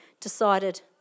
decided